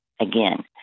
again